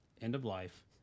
end-of-life